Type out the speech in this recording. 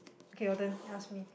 okay your turn you ask me